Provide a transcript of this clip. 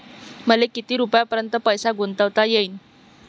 मले किती रुपयापर्यंत पैसा गुंतवता येईन?